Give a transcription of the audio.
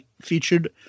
featured